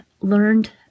learned